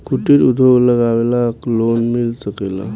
कुटिर उद्योग लगवेला लोन मिल सकेला?